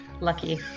lucky